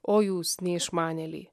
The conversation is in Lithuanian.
o jūs neišmanėliai